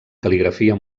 cal·ligrafia